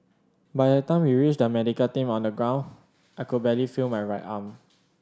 by the time we reached the medical team on the ground I could barely feel my right arm